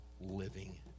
living